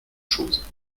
chose